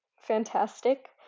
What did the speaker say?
Fantastic